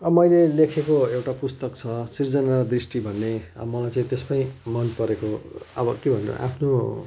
मैले लेखेको एउटा पुस्तक छ सृजनादृष्टि भन्ने अब मलाई चाहिँ त्यसमै मनपरेको अब के भन्नु आफ्नो